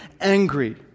angry